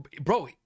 Bro